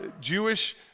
Jewish